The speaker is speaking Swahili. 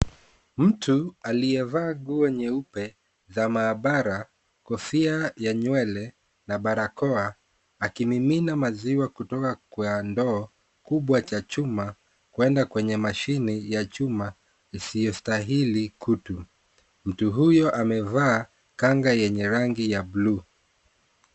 Mtu aliyevaa nguo nyeupe ya maabara, kofia ya nywele na barakoa akimimina maziwa kutoka kwa ndoo kubwa cha chuma kuenda kwenye mashine ya chuma isiyostahili kutu. Mtu huyo amevaa kanga yenye rangi ya buluu.